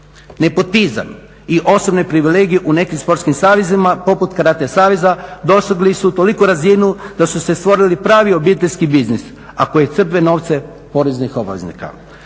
Nepotizam i osobne privilegije u nekim sportskim savezima poput karate saveza dosegli su toliku razinu da su se stvorili pravi obiteljski biznisi a koji crpe novce poreznih obveznika.